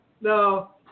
no